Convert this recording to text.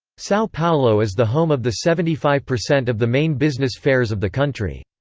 sao paulo is the home of the seventy five percent of the main business fairs of the country.